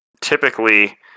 typically